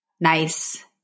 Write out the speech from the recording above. nice